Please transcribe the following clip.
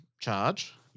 charge